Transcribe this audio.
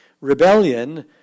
Rebellion